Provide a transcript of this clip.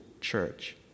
church